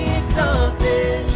exalted